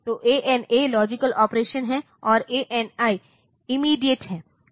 तो ANA logical operation है और ANI इमीडियेट है